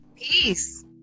Peace